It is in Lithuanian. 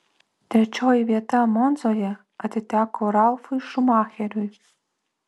trečioji vieta monzoje atiteko ralfui šumacheriui